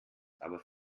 aber